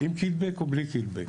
עם קיטבג או בלי קיטבג?